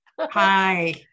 Hi